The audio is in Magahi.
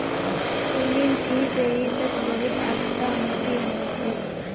सुनील छि पेरिसत बहुत अच्छा मोति मिल छेक